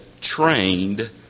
trained